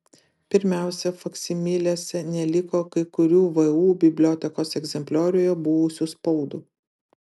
pirmiausia faksimilėse neliko kai kurių vu bibliotekos egzemplioriuje buvusių spaudų